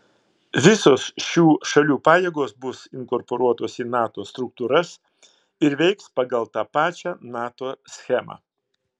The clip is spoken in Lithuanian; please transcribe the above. visos šių šalių pajėgos bus inkorporuotos į nato struktūras ir veiks pagal tą pačią nato schemą